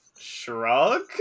shrug